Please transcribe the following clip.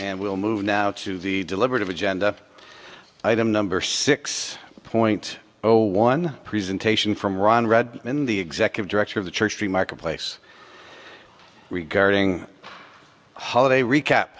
and we'll move now to the deliberative agenda item number six point zero one presentation from ron read in the executive director of the church free marketplace regarding holiday recap